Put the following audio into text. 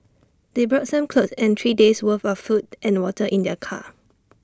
they brought some clothes and three days' worth of food and water in their car